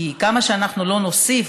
כי כמה שלא נוסיף,